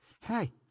Hey